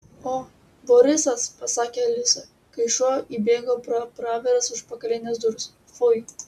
o borisas pasakė alisa kai šuo įbėgo pro praviras užpakalines duris fui